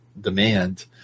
demand